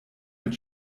mit